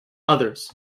others